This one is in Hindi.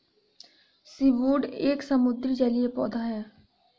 सीवूड एक समुद्री जलीय पौधा है